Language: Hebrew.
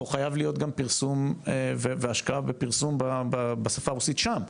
צריך להיות פרסום והשקעה בפרסום בשפה הרוסית שם,